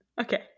Okay